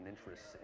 interests